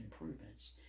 improvements